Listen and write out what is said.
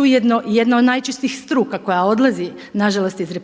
ujedno i jedna od najčešćih struka koja odlazi nažalost iz RH.